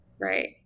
right